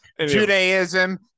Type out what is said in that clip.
judaism